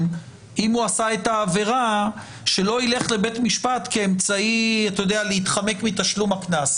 לפני שהוא הולך לבית המשפט כאמצעי להתחמק מתשלום הקנס.